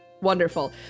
Wonderful